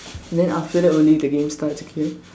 then after that only the game starts okay